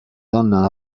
donna